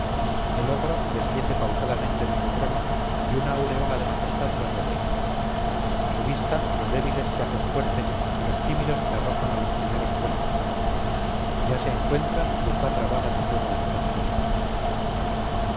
el ogro desciende pausadamente de su trono y una aureola de majestad le rodea a su vista los débiles se hacen fuertes y los tímidos se arrojan a los primeros puestos ya se encuentran y está trabada de nuevo la feroz pelea